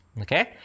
Okay